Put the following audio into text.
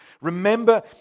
remember